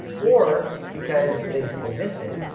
or because they simply missed it.